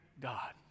God